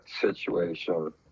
situation